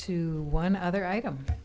to one other item